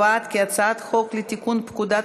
ההצעה להעביר את הצעת חוק לתיקון פקודת